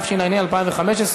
התשע"ה 2015,